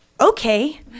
okay